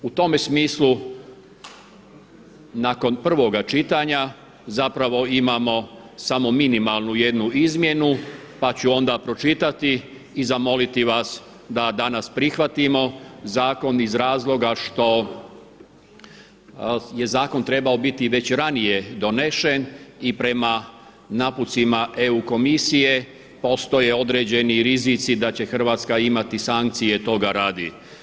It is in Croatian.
U tome smislu nakon prvoga čitanja zapravo imamo samo minimalnu jednu izmjenu pa ću onda pročitati i zamoliti vas da danas prihvatimo zakon iz razloga što je zakon trebao biti već radnije donesen i prema napucima EU komisije postoje određeni rizici da će Hrvatska imati sankcije toga radi.